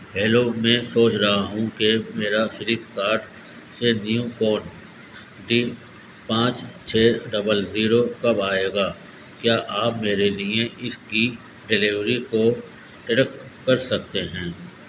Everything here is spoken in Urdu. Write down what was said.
ہیلو میں سوچ رہا ہوں کہ میرا فلپ کارٹ سے نیو کون ڈی پانچ چھ ڈبل زیرو کب آئے گا کیا آپ میرے لیے اس کی ڈیلیوری کو ٹریک کر سکتے ہیں